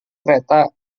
kereta